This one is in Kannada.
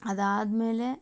ಅದಾದ ಮೇಲೆ